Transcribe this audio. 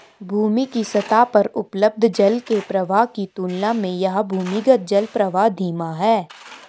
भूमि के सतह पर उपलब्ध जल के प्रवाह की तुलना में यह भूमिगत जलप्रवाह धीमा है